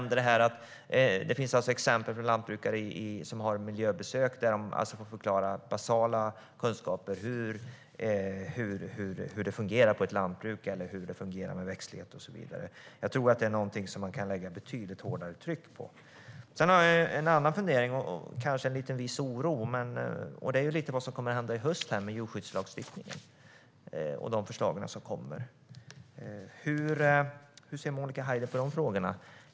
Det finns exempel på lantbrukare som får miljöbesök där de får förklara basala kunskaper som hur det fungerar på ett lantbruk med växtlighet och så vidare. Jag tror att det här är någonting som man kan lägga betydligt hårdare tryck på. Jag har en annan fundering och kanske en viss oro, och det är över vad som kommer att hända i höst med djurskyddslagstiftningen och de förslag som kommer. Hur ser Monica Haider på de frågorna?